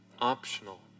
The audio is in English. optional